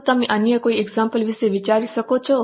શું તમે અન્ય કોઈ ઉદાહરણ વિશે વિચારી શકો છો